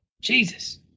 Jesus